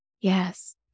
Yes